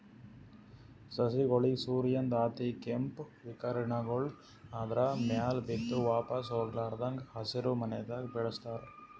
ಸಸಿಗೋಳಿಗ್ ಸೂರ್ಯನ್ದ್ ಅತಿಕೇಂಪ್ ವಿಕಿರಣಗೊಳ್ ಆದ್ರ ಮ್ಯಾಲ್ ಬಿದ್ದು ವಾಪಾಸ್ ಹೊಗ್ಲಾರದಂಗ್ ಹಸಿರಿಮನೆದಾಗ ಬೆಳಸ್ತಾರ್